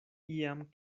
iam